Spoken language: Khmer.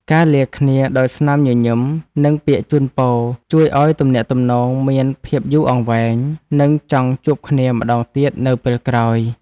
ការលាគ្នាដោយស្នាមញញឹមនិងពាក្យជូនពរជួយឱ្យទំនាក់ទំនងមានភាពយូរអង្វែងនិងចង់ជួបគ្នាម្ដងទៀតនៅពេលក្រោយ។